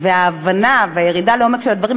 שלך וההבנה והירידה לעומק הדברים,